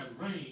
rain